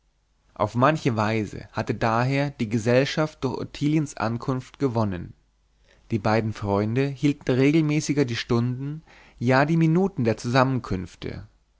auf manche weise hatte daher die gesellschaft durch ottiliens ankunft gewonnen die beiden freunde hielten regelmäßiger die stunden ja die minuten der zusammenkünfte